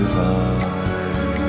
high